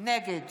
נגד